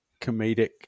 comedic